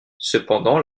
cependant